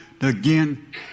again